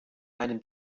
einem